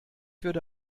würde